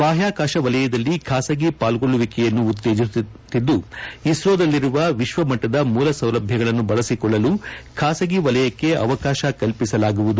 ಬಾಹ್ಕಾಕಾಶ ವಲಯದಲ್ಲಿ ಖಾಸಗಿ ಪಾಲ್ಗೊಳ್ಳುವಿಕೆಯನ್ನು ಉತ್ತೇಜಿಸುತ್ತಿದ್ದು ಇಸ್ರೋದಲ್ಲಿರುವ ವಿಶ್ವಮಟ್ಟದ ಮೂಲ ಸೌಲಭ್ಯಗಳನ್ನು ಬಳಸಿಕೊಳ್ಳಲು ಖಾಸಗಿ ವಲಯಕ್ಕೆ ಅವಕಾಶ ಕಲ್ಪಿಸಲಾಗುವುದು